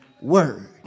word